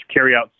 carryout